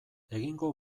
egingo